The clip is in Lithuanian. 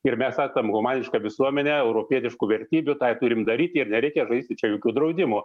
ir mes esam humaniška visuomenė europietiškų vertybių tą ir turim daryti ir nereikia žaisti čia jokių draudimų